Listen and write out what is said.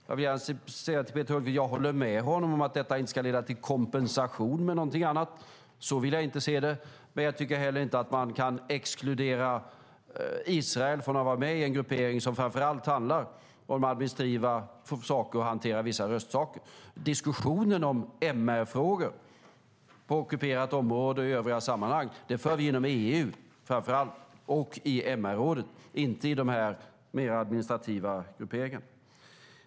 Jag vill gärna säga till Peter Hultqvist att jag håller med honom om att detta inte ska leda till kompensation med någonting annat. Så vill jag inte se det, men jag tycker heller inte att man kan exkludera Israel från en gruppering som framför allt handlar om administrativa saker och om att hantera vissa röstsaker. Diskussionen om MR-frågor på ockuperat område och i övriga sammanhang för vi framför allt inom EU och i MR-rådet, inte i de mer administrativa grupperingarna.